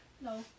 No